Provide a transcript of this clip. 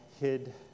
hid